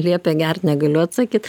liepė gert negaliu atsakyt